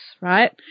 right